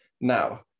Now